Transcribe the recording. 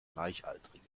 gleichaltrige